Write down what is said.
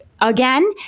again